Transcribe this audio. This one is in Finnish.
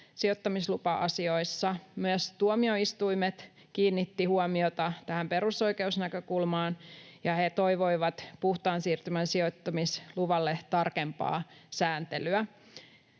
sijoittamislupa-asioissa. Myös tuomioistuimet kiinnittivät huomiota tähän perusoikeusnäkökulmaan, ja he toivoivat puhtaan siirtymän sijoittamisluvalle tarkempaa sääntelyä.